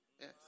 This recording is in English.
Yes